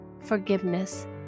forgiveness